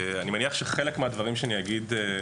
אני מניח שחלק מהדברים שאני אומר,